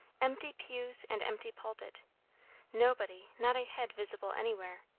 empty pews, and empty pulpit nobody, not a head visible anywhere.